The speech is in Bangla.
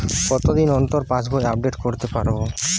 কতদিন অন্তর পাশবই আপডেট করতে পারব?